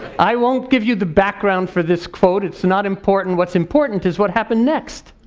i won't give you the background for this quote. it's not important. what's important is what happened next.